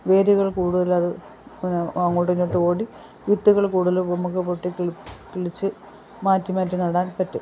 വേരുകൾ കൂടുതലത് അങ്ങോട്ടും ഇങ്ങോട്ടും ഓടി വിത്തുകൾ കൂടുതൽ നമുക്ക് പൊട്ടി കിളിച്ച് മാറ്റി മാറ്റി നടാൻ പറ്റും